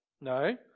No